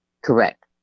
Correct